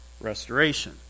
restoration